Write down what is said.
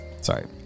Sorry